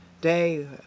day